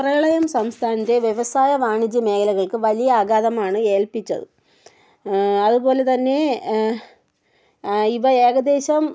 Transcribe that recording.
പ്രളയം സംസ്ഥാനത്തെ വ്യവസായ വാണിജ്യ മേഖലകൾക്ക് വലിയ ആഘാതമാണ് ഏൽപ്പിച്ചത് അതുപോലെ തന്നെ ഇവ ഏകദേശം